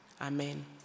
Amen